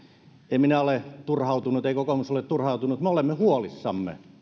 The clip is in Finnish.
en minä ole turhautunut ei kokoomus ole turhautunut me olemme huolissamme